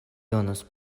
donos